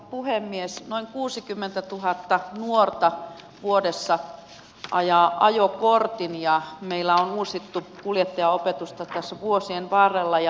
puhemies maon kuusikymmentätuhatta nuorta vuodessa ajaa ajokortin ja meillä on uusittu kuljettajaopetusta tässä vuosien varrella ja